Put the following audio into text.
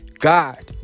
God